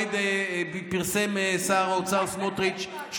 פרסם שר האוצר סמוטריץ',